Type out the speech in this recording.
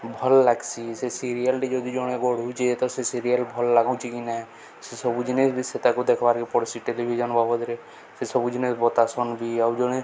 ଭଲ୍ ଲାଗସି ସେ ସିରିଏଲ୍ଟି ଯଦି ଜଣେ ଗଢ଼ୁଛେ ତ ସେ ସିରିଏଲ୍ ଭଲ ଲାଗୁଛି କି ନାହିଁ ସେସବୁ ଜିନିଷ ବି ସେ ତାକୁ ଦେଖବାର୍ କେ ପଡ଼ୁସି ଟେଲିଭିଜନ୍ ବାବଦରେ ସେସବୁ ଜିନିଷ ବତାସନ୍ ବି ଆଉ ଜଣେ